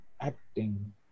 acting